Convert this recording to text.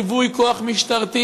בליווי כוח משטרתי,